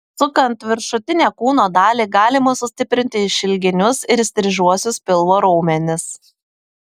sukant viršutinę kūno dalį galima sustiprinti išilginius ir įstrižuosius pilvo raumenis